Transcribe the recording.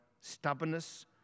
stubbornness